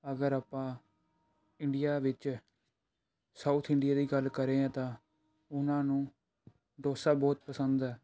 ਅਗਰ ਆਪਾਂ ਇੰਡੀਆ ਵਿੱਚ ਸਾਊਥ ਇੰਡੀਆ ਦੀ ਗੱਲ ਕਰ ਰਹੇ ਹਾਂ ਤਾਂ ਉਹਨਾਂ ਨੂੰ ਡੋਸਾ ਬਹੁਤ ਪਸੰਦ ਹੈ